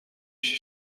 się